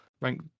rank